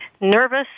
nervous